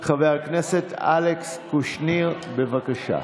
חבר הכנסת אלכס קושניר, בבקשה.